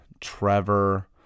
Trevor